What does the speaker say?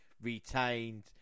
retained